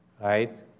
Right